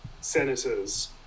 senators